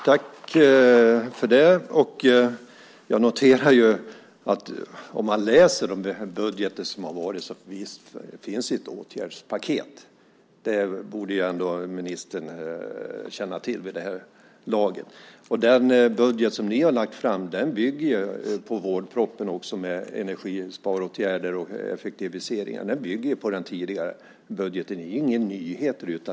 Herr talman! Jag noterar att det finns ett åtgärdspaket i de budgetar som har varit. Det borde ministern känna till vid det här laget. Den budget som ni har lagt fram med energisparåtgärder och effektiviseringar bygger ju på den tidigare budgeten. Det är ingen nyhet.